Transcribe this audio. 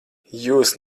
jūs